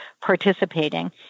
participating